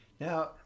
Now